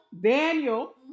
Daniel